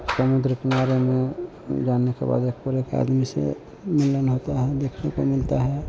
समुन्द्र किनारे में जाने के बाद एक पर एक आदमी से मिलन होता है देखने को मिलता है